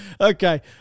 Okay